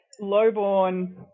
low-born